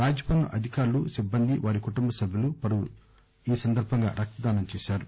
రాజ్ భవస్ అధికారులు సిబ్బంది వారి కుటుంబ సభ్యులు పలువురు ఈసందర్బంగా రక్తదానం చేశారు